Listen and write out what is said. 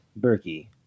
Berkey